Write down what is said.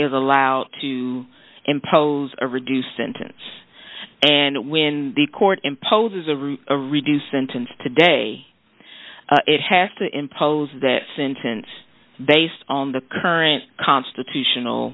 is allowed to impose a reduced sentence and when the court imposes a rule a reduced sentence today it has to impose that sentence based on the current constitutional